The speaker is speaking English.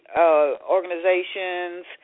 organizations